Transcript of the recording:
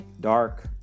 Dark